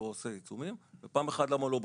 עושה עיצומים ופעם אחת למה הוא לא בשטח.